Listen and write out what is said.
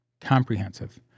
Comprehensive